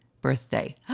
birthday